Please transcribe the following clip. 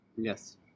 Yes